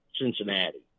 Cincinnati